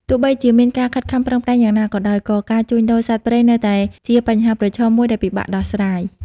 ទោះបីជាមានការខិតខំប្រឹងប្រែងយ៉ាងណាក៏ដោយ ក៏ការជួញដូរសត្វព្រៃនៅតែជាបញ្ហាប្រឈមមួយដែលពិបាកដោះស្រាយ។